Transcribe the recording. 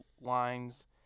lines